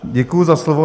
Děkuji za slovo.